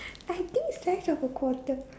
I think size of a quarter